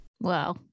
Wow